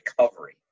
recovery